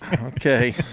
Okay